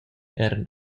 eran